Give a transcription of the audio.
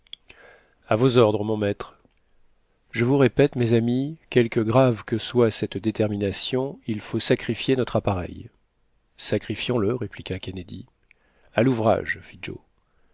a vos ordres mon maître je vous répète mes amis quelque grave que soit cette détermination il faut sacrifier notre appareil sacrifions le répliqua kennedy a l'ouvrage